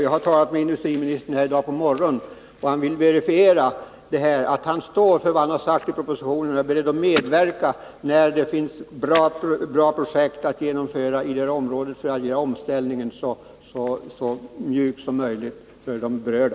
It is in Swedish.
Jag har talat med industriministern i dag på morgonen, och han vill verifiera att han står för vad han sagt i propositionen och är beredd att medverka när det finns bra projekt att genomföra i det här området för att göra omställningen så mjuk som möjligt för de berörda.